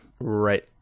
Right